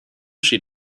she